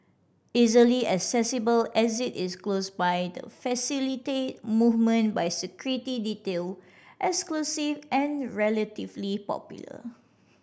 easily accessible exit is close by to facilitate movement by security detail exclusive and relatively popular